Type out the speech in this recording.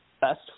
best